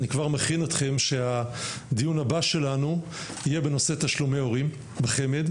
אני כבר מכין אתכם שהדיון הבא שלנו יהיה בנושא תשלומי הורים בחמ"ד,